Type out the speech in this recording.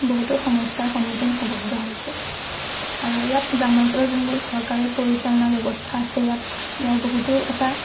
বহুতো সমস্যাৰ সন্মুখীন হ'ব লগা হৈছে আৰু ইয়াত গ্ৰাম্য়াঞ্চলৰ যোনবোৰ চৰকাৰী পৰিচালনা ব্যৱস্থা আছে ইয়াত ইয়াৰ বহুতো এটা